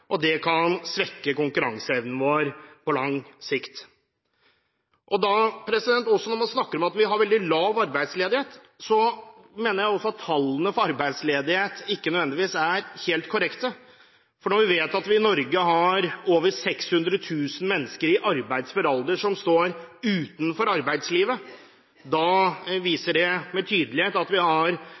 og det kan svekke konkurranseevnen vår på lang sikt. Når man snakker om at vi har veldig lav arbeidsledighet, mener jeg at tallene for arbeidsledighet ikke nødvendigvis er helt korrekte. Når vi vet at vi i Norge har over 600 000 mennesker i arbeidsfør alder som står utenfor arbeidslivet, viser det med tydelighet at vi har